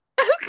Okay